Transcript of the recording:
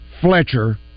Fletcher